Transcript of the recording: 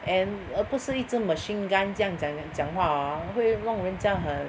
and err 不是一直 machine gun 这样讲讲讲话 orh 会弄人家很